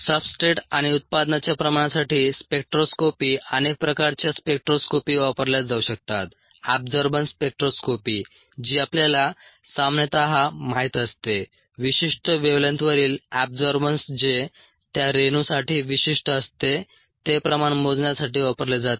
substrate आणि उत्पादनाच्या प्रमाणासाठी स्पेक्ट्रोस्कोपी अनेक प्रकारच्या स्पेक्ट्रोस्कोपी वापरल्या जाऊ शकतात एबजॉर्बन्स स्पेक्ट्रोस्कोपी जी आपल्याला सामान्यतः माहित असते विशिष्ट वेव्हलेंग्थवरील एबजॉर्बन्स जे त्या रेणूसाठी विशिष्ट असते ते प्रमाण मोजण्यासाठी वापरले जाते